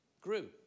grew